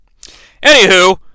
Anywho